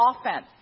offense